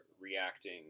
reacting